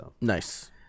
Nice